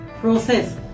process